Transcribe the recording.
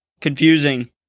Confusing